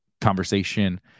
conversation